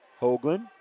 Hoagland